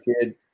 kid